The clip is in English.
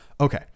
Okay